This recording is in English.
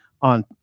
on